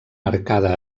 arcada